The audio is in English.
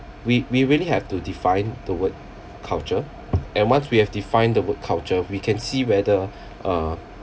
we we really have to define the word culture and once we have defined the word culture we can see whether uh